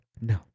No